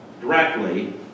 directly